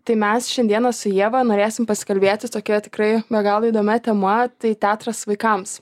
tai mes šiandieną su ieva norėsim pasikalbėti tokia tikrai be galo įdomia tema tai teatras vaikams